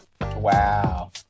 wow